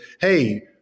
hey